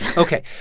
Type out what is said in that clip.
ok.